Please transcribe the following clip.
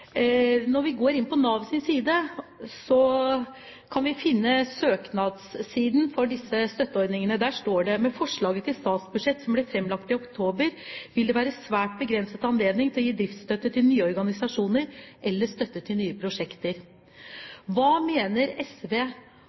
Når vi går inn på Navs sider, kan vi finne siden for søknader om disse støtteordningene. Der står det: «Med forslaget til statsbudsjett som ble fremlagt i oktober, vil det være svært begrenset anledning til å gi driftsstøtte til nye organisasjoner eller støtte til nye prosjekter.» Hva mener SV